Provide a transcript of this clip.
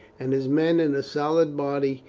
and his men in a solid body,